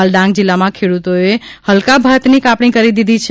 હાલ ડાંગ જિલ્લામાં ખેડૂતોએ હલકા ભાતની કાપણી કરી દીધી છે